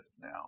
now